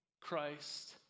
Christ